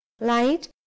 light